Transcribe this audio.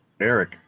eric